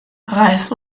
reis